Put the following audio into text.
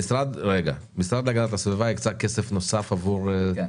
המשרד להגנת הסביבה הקצה כסף נוסף עבור הפעלת הפארק.